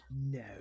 No